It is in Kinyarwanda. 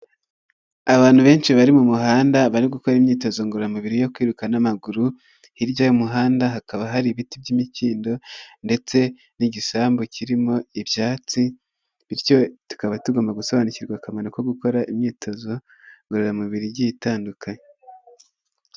Abantu benshi bari mu muhanda bari gukora imyitozo ngororamubiri yo kwiruka n'amaguru, hirya y'umuhanda hakaba hari ibiti by'imikindo ndetse n'igisambu kirimo ibyatsi bityo tukaba tugomba gusobanukirwa akamaro ko gukora imyitozo ngororamubiri igiye itandukanye.